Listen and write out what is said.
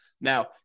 Now